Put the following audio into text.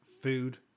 food